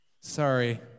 Sorry